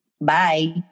bye